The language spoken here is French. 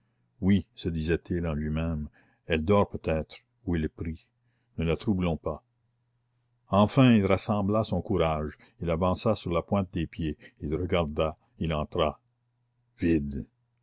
oui se disait-il en lui-même elle dort peut-être ou elle prie ne la troublons pas enfin il rassembla son courage il avança sur la pointe des pieds il regarda il entra vide